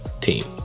team